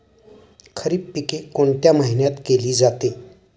खरीप पिके कोणत्या महिन्यात केली जाते?